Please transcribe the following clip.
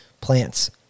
plants